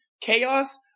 chaos